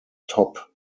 top